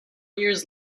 years